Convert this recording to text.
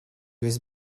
was